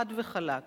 חד וחלק.